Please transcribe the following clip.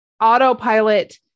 autopilot